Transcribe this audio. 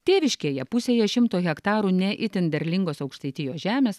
tėviškėje pusėje šimto hektarų ne itin derlingos aukštaitijos žemės